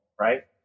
right